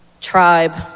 Tribe